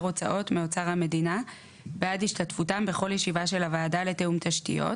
הוצאות מאוצר המדינה בעד השתתפותם בכל ישיבה של הוועדה לתיאום תשתיות,